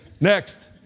Next